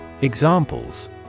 Examples